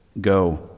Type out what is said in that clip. go